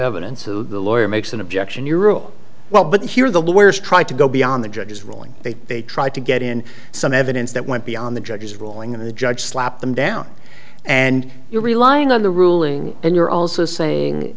evidence of the lawyer makes an objection your rule well but here the lawyers tried to go beyond the judge's ruling they they tried to get in some evidence that went beyond the judge's ruling and the judge slapped them down and you're relying on the ruling and you're also saying